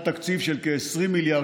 באמת, 9 מיליון